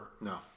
No